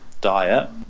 diet